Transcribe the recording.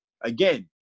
again